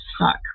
suck